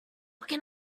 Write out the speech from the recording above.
can